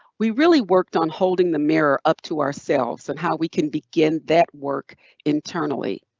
we really worked on holding the mirror up to ourselves and how we can begin that work internally.